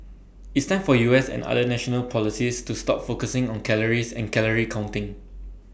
it's time for U S and other national policies to stop focusing on calories and calorie counting